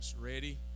Ready